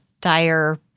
dire